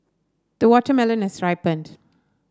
the watermelon has ripened